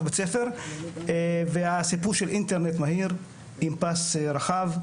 בית ספר והסיפור של אינטרנט מהיר עם פס רחב.